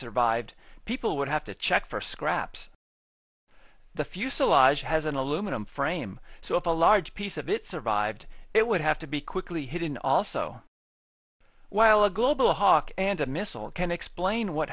survived people would have to check for scraps the fuselage has an aluminum frame so if a large piece of it survived it would have to be quickly hidden also while a global hawk and a missile can explain what